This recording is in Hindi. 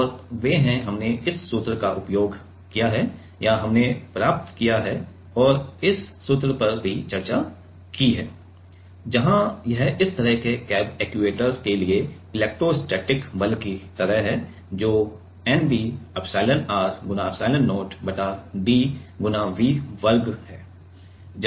और वे हैं हमने इस सूत्र का उपयोग किया है या हमने प्राप्त किया है और इस सूत्र पर भी चर्चा की हैं जहां यह इस तरह के कैंब एक्ट्यूएटर के लिए इलेक्ट्रोस्टैटिक बल की तरह है जो nb एप्सिलॉनr एप्सिलॉन0 बटा d × V वर्ग है